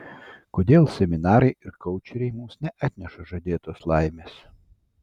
kodėl seminarai ir koučeriai mums neatneša žadėtos laimės